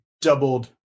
doubled